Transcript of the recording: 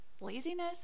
laziness